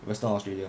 western australia